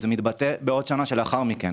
זה מתבטא בעוד שנה שלאחר מכן,